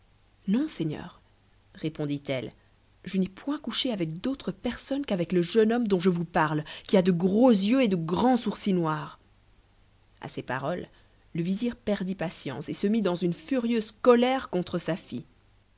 non seigneur répondit-elle je n'ai point couché avec d'autre personne qu'avec le jeune homme dont je vous parle qui a de gros yeux et de grands sourcils noirs à ces paroles le vizir perdit patience et se mit dans une furieuse colère contre sa fille